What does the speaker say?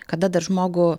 kada dar žmogų